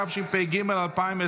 תתבייש,